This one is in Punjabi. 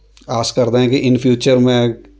ਆਸ ਕਰਦਾ ਹਾਂ ਕਿ ਇਨ ਫਿਊਚਰ ਮੈਂ